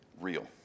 real